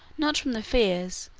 not from the fears,